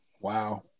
Wow